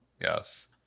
Yes